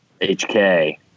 HK